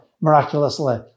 miraculously